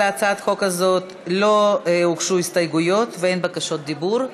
להצעת החוק הזאת לא הוגשו הסתייגויות ואין בקשות דיבור.